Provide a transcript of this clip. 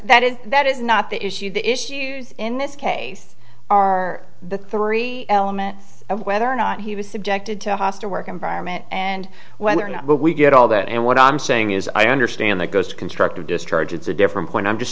that is that is not the issue the issues in this case are the three elements of whether or not he was subjected to a hostile work environment and whether or not but we get all that and what i'm saying is i understand that goes to constructive discharge it's a different point i'm just